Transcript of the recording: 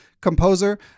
composer